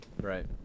Right